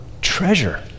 treasure